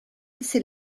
c’est